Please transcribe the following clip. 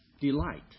delight